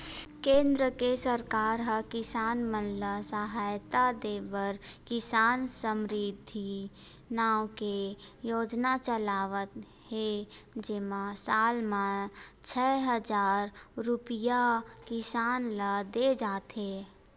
केंद्र के सरकार ह किसान मन ल सहायता देबर किसान समरिद्धि नाव के योजना चलावत हे जेमा साल म छै हजार रूपिया किसान ल दे जाथे